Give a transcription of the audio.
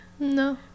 no